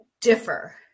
differ